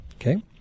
Okay